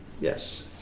yes